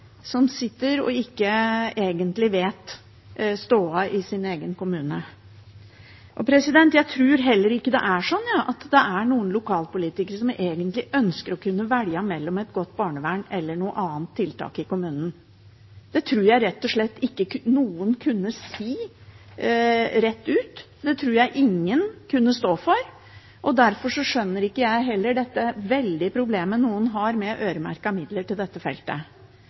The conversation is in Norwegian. som sitter og ikke egentlig kjenner til stoda i sin egen kommune. Jeg tror heller ikke det er noen lokalpolitikere som egentlig ønsker å kunne velge mellom et godt barnevern eller et annet tiltak i kommunen. Det tror jeg rett og slett ikke noen kunne si rett ut, det tror jeg ingen kunne stå for, og derfor skjønner jeg heller ikke dette veldige problemet noen har med øremerkede midler til dette feltet.